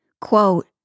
Quote